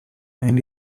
and